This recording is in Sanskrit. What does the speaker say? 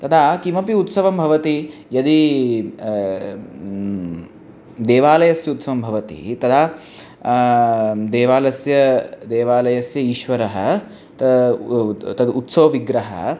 तदा किमपि उत्सवः भवति यदि देवालयस्य उत्सवः भवति तदा देवालयस्य देवालयस्य ईश्वरः ता तद् उत्सवविग्रहः